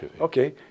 Okay